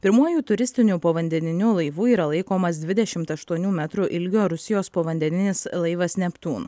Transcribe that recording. pirmuoju turistiniu povandeniniu laivu yra laikomas dvidešimt aštuonių metrų ilgio rusijos povandeninis laivas neptūn